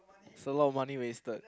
it's a lot money wasted